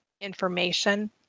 information